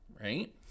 right